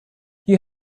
you